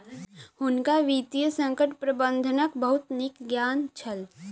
हुनका वित्तीय संकट प्रबंधनक बहुत नीक ज्ञान छल